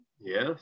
Yes